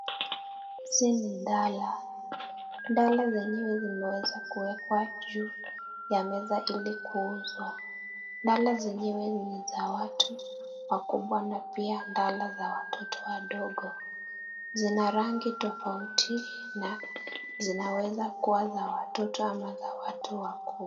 Hizi ni dala. Dala zenyewe zimeweza kuwekwa juu ya meza ili kuuzwa dala zenyewe niza watu wakubwa na pia dala za watoto wadogo zinarangi tofauti na zinaweza kuwa za watoto ama za watu wakubwa.